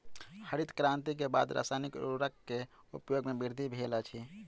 हरित क्रांति के बाद रासायनिक उर्वरक के उपयोग में वृद्धि भेल अछि